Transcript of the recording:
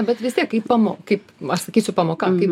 bet vis tiek kaip pamo kaip aš sakysiu pamoka kaip